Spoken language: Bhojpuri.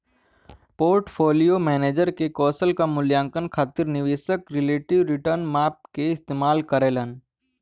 पोर्टफोलियो मैनेजर के कौशल क मूल्यांकन खातिर निवेशक रिलेटिव रीटर्न माप क इस्तेमाल करलन